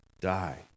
die